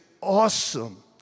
awesome